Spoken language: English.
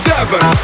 Seven